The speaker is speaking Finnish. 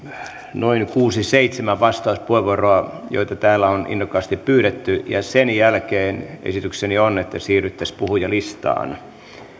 noin kuusi viiva seitsemän vastauspuheenvuoroa joita täällä on innokkaasti pyydetty ja sen jälkeen esitykseni on että siirryttäisiin puhujalistaan